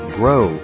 grow